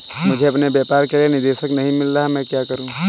मुझे अपने व्यापार के लिए निदेशक नहीं मिल रहा है मैं क्या करूं?